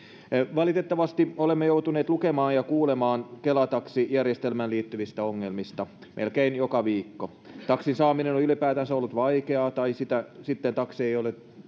valitettavasti olemme joutuneet lukemaan ja kuulemaan kela taksijärjestelmään liittyvistä ongelmista melkein joka viikko taksin saaminen on ylipäätänsä ollut vaikeaa tai sitten taksi ei ole